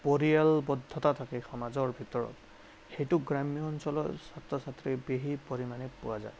পৰিয়ালবদ্ধতা থাকে সমাজৰ ভিতৰত সেইটো গ্ৰাম্য অঞ্চলৰ ছাত্ৰ ছাত্ৰীৰ বিশেষ পৰিমাণে পোৱা যায়